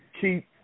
keep